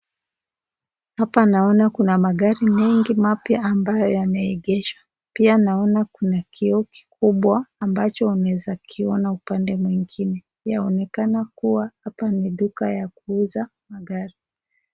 Hapa naona kuna magari mengi ambayo yameegeshwa pia naona kuna kioo kikubwa ambacho unaweza kiona upande mwingine. Yaonekana kuwa hapa ni duka ya kuuza magari.